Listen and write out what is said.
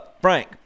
Frank